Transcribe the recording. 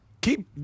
Keep